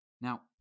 Now